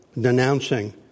denouncing